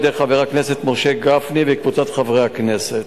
חבר הכנסת משה גפני וקבוצת חברי הכנסת.